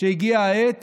שהגיעה העת